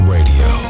Radio